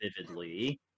vividly